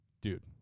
dude